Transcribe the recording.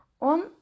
on